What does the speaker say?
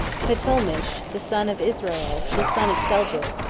cutulmish, the son of izrail, the son of seljuk,